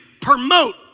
promote